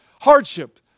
hardship